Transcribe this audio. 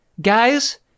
guys